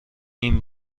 این